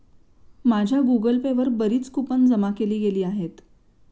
माझ्या Google Pay वर बरीच कूपन जमा केली गेली आहेत